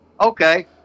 Okay